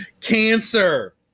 Cancer